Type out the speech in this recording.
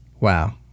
wow